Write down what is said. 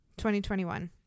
2021